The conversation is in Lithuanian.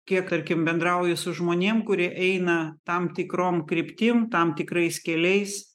kiek tarkim bendrauju su žmonėm kurie eina tam tikrom kryptim tam tikrais keliais